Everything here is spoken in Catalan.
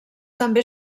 també